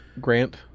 Grant